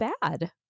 bad